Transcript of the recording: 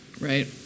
right